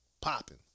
Popping